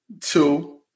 two